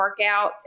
workouts